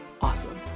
Awesome